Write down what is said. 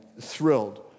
thrilled